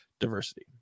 diversity